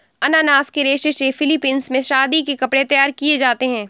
अनानास के रेशे से फिलीपींस में शादी के कपड़े तैयार किए जाते हैं